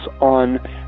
on